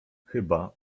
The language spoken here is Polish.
chyba